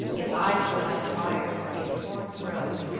its eyes were like fire its horns rose.